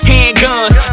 Handguns